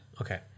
Okay